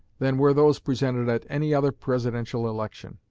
than were those presented at any other presidential election.